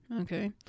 okay